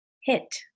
hit